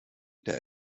der